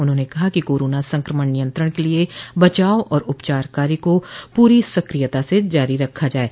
उन्होंने कहा कि कोरोना संक्रमण नियंत्रण के लिये बचाव और उपचार कार्य को पूरी सक्रियता से जारी रखा जाये